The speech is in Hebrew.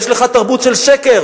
יש לך תרבות של שקר.